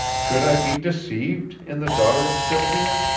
could i be deceived in the daughter of sylvia?